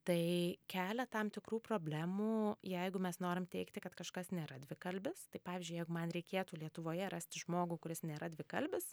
tai kelia tam tikrų problemų jeigu mes norim teigti kad kažkas nėra dvikalbis tai pavyzdžiui jeigu man reikėtų lietuvoje rasti žmogų kuris nėra dvikalbis